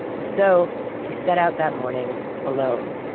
and so he set out that morning alone,